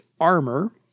armor